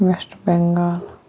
West Bengal